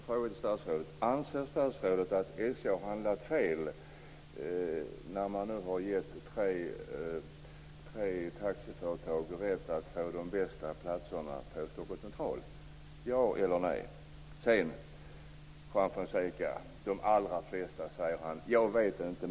Fru talman! Först har jag en fråga till statsrådet: Juan Fonseca säger att de allra flesta gör rätt för sig. Jag vet inte.